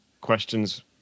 questions